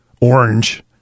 orange